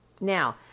Now